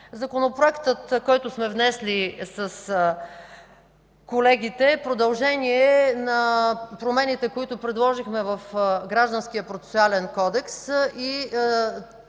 Законопроектът, който сме внесли с колегите, е продължение на промените, които предложихме в Гражданския процесуален кодекс